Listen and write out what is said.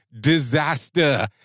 disaster